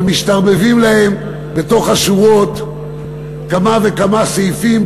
אבל משתרבבים להם לתוך השורות כמה וכמה סעיפים,